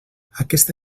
aquesta